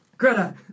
Greta